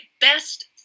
best